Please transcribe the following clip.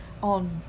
on